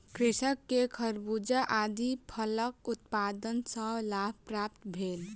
कृषक के खरबूजा आदि फलक उत्पादन सॅ लाभ प्राप्त भेल